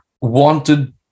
wanted